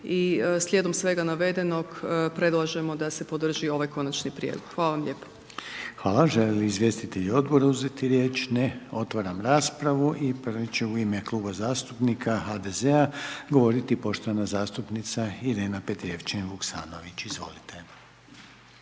i slijedom svega navedenog, predlažemo da se podrži ovaj Konačni prijedlog. Hvala vam lijepo. **Reiner, Željko (HDZ)** Hvala. Žele li izvjestitelji Odbora uzeti riječ? Ne. Otvaram raspravu i prvi će u ime Kluba zastupnika HDZ-a, govoriti poštovana zastupnica Irena Petrijevčanin Vuksanović. Izvolite.